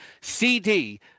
CD